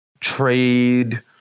trade